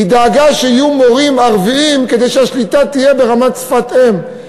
היא דאגה שיהיו מורים ערבים כדי שהשליטה תהיה ברמת שפת אם,